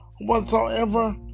whatsoever